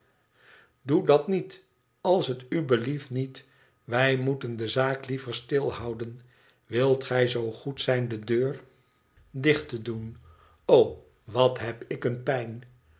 idoe dat niet als t u blieft niet wij moeten de zaak liever stilhouden wilt gij zoo goed zijn de deur dicht te doen o wat heb ik een pijn